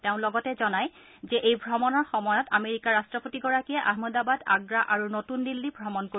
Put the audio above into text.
তেওঁ লগতে জনায় যে এই ভ্ৰমণৰ সময়ত আমেৰিকাৰ ৰাট্টপতিগৰাকীয়ে আহমদাবাদ আগ্ৰা আৰু নতুন দিল্লী ভ্ৰমণ কৰিব